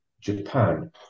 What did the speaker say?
Japan